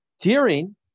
tearing